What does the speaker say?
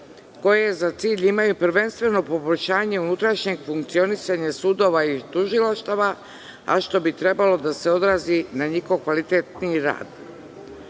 koje za cilj imaju prvenstveno poboljšanje unutrašnjeg funkcionisanja sudova i tužilaštava, a što bi trebalo da se odrazi na njihov kvalitetniji